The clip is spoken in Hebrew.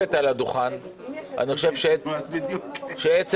הדוכן, אני חושב שעצם